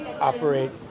operate